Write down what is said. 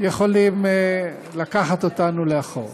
יכולה לקחת אותנו לאחור.